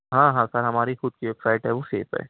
ہاں ہاں سر ہماری خود کی ویب سائٹ ہے وہ سیف ہے